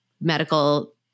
medical